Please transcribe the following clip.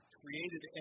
created